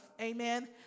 Amen